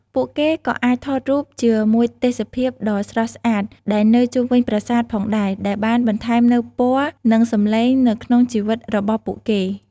ពួកគេក៏អាចថតរូបជាមួយទេសភាពដ៏ស្រស់ស្អាតដែលនៅជុំវិញប្រាសាទផងដែរ ដែលបានបន្ថែមនូវពណ៌និងសម្លេងទៅក្នុងជីវិតរបស់ពួកគេ។